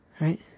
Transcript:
right